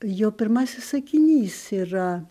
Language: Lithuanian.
jo pirmasis sakinys yra